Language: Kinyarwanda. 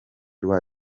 rwa